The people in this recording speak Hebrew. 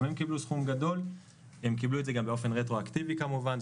קיבלו סכום גדול הם קיבלו את זה גם באופן רטרואקטיבי כמובן.